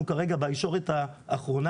אנחנו כרגע בישורת האחרונה.